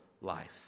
life